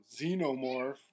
xenomorph